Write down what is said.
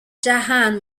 jahan